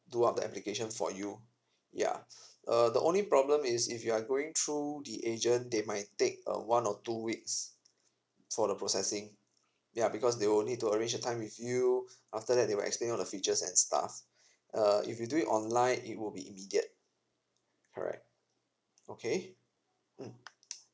do up the application for you ya uh the only problem is if you are going through the agent they might take uh one or two weeks for the processing ya because they will need to arrange a time with you after that they will explain all the features and stuff uh if you do it online it will be immediate correct okay mm